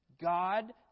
God